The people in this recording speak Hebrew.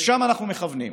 לשם אנחנו מכוונים,